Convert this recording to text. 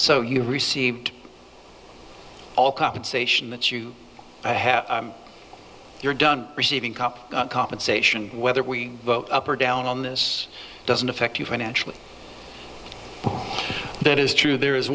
so you received all compensation that's you i have you're done receiving cop compensation whether we vote up or down on this doesn't affect you financially that is true there is